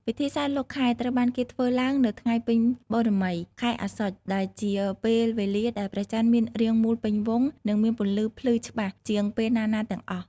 ពិធីសែនលោកខែត្រូវបានគេធ្វើឡើងនៅថ្ងៃពេញបូណ៌មីខែអស្សុជ ដែលជាពេលវេលាដែលព្រះច័ន្ទមានរាងមូលពេញវង់ និងមានពន្លឺភ្លឺច្បាស់ជាងពេលណាៗទាំងអស់។